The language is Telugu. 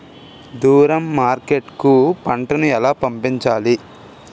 దూరం మార్కెట్ కు పంట ను ఎలా పంపించాలి?